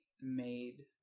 made